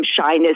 shyness